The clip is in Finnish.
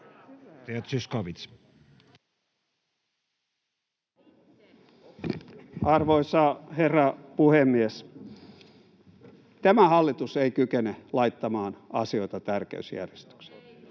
Arvoisa herra puhemies! Tämä hallitus ei kykene laittamaan asioita tärkeysjärjestykseen.